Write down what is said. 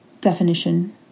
definition